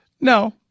No